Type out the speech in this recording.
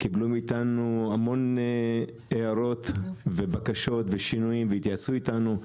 הם קיבלו מאתנו המון הערות ובקשות ושינויים והתייעצו איתנו,